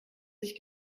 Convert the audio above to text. sich